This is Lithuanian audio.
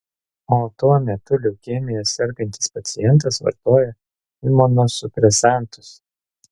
o tuo metu leukemija sergantis pacientas vartoja imunosupresantus